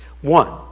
One